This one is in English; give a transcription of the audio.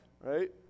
right